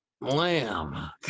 Lamb